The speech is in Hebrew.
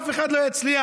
אף אחד לא יצליח.